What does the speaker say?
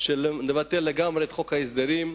של לבטל לגמרי את חוק ההסדרים,